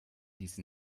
diese